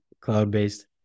cloud-based